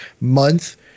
month